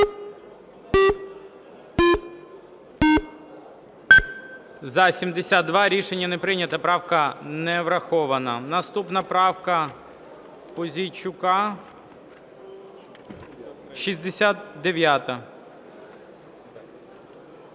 За-72 Рішення не прийнято. Правка не врахована. Наступна правка Пузійчука 69.